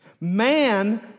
Man